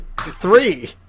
three